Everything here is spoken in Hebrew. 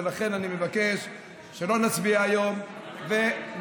ולכן אני מבקש שלא נצביע היום ונתקדם.